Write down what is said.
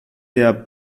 der